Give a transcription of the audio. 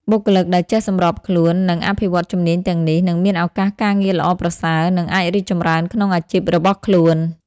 បុគ្គលិកដែលចេះសម្របខ្លួន និងអភិវឌ្ឍជំនាញទាំងនេះ នឹងមានឱកាសការងារល្អប្រសើរ និងអាចរីកចម្រើនក្នុងអាជីពរបស់ខ្លួន។